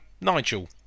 Nigel